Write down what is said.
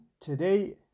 today